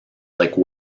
like